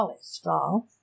strong